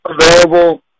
available